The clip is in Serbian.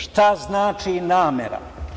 Šta znači namera?